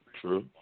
True